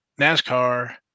NASCAR